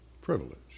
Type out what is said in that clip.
privilege